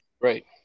Right